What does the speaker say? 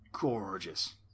gorgeous